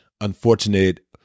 Unfortunate